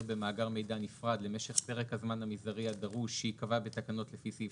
במאגר מידע נפרד למשך פרק הזמן המזערי הדרוש שייקבע בתקנות לפי סעיף